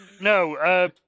No